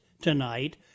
tonight